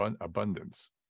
abundance